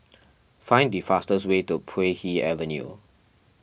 find the fastest way to Puay Hee Avenue